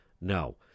no